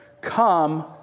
come